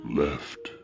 left